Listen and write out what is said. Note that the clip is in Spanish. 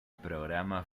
programa